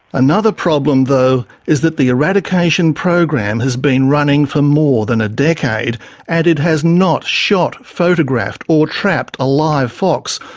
another problem, though, is that the eradication program's been running for more than a decade and it has not shot, photographed, or trapped a live fox,